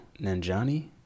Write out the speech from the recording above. Nanjani